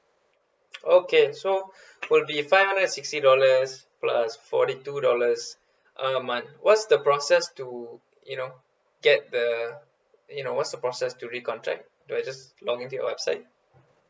okay so will be five hundred and sixty dollars plus forty two dollars a month what's the process to you know get the you know what's the process to recontract do I just login to your website